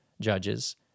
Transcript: judges